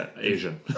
Asian